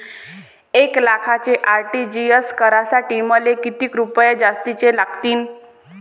एक लाखाचे आर.टी.जी.एस करासाठी मले कितीक रुपये जास्तीचे लागतीनं?